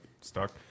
stuck